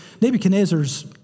Nebuchadnezzar's